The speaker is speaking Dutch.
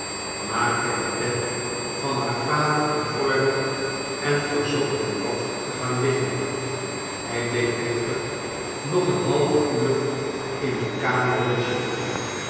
inaakte hei bed van haar vader in orde en verzocht hem wat te gaan liggen hij bleef echter nog een half uur in de kamer